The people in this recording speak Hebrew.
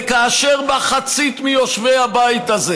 וכאשר מחצית מיושבי הבית הזה